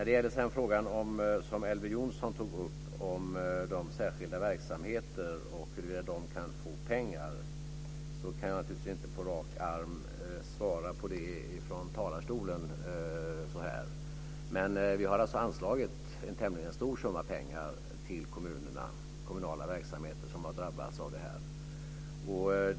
Sedan gäller det den fråga som Elver Jonsson tog upp om de särskilda verksamheterna och huruvida de kan få pengar. Jag kan naturligtvis inte på rak arm svara på det från talarstolen så här, men vi har alltså anslagit en tämligen stor summa pengar till kommunerna när det gäller kommunala verksamheter som har drabbats av det här.